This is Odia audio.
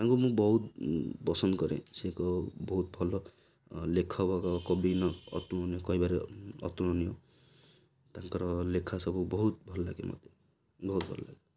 ତାଙ୍କୁ ମୁଁ ବହୁତ ପସନ୍ଦ କରେ ସେ ଏକ ବହୁତ ଭଲ ଲେଖକ କବୀନ କହିବାରେ ଅତୁଳନୀୟ ତାଙ୍କର ଲେଖା ସବୁ ବହୁତ ଭଲ ଲାଗେ ମୋତେ ବହୁତ ଭଲ ଲାଗେ